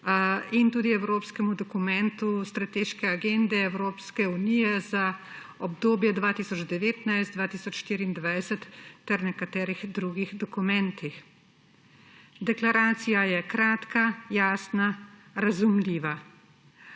in tudi evropski dokument strateške agende Evropske unije za obdobje 2019–2024 ter nekateri drugi dokumenti. Deklaracija je kratka, jasna, razumljiva.